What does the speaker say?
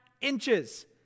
inches